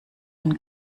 ein